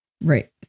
Right